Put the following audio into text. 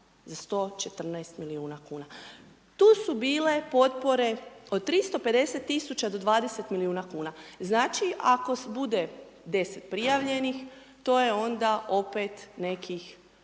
za 114 milijuna kuna. Tu su bile potpore od 350000 do 20 milijuna kuna, znači ako bude deset prijavljenih to je onda opet nekih